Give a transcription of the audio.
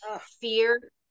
fear